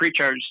precharged